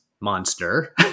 monster